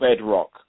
bedrock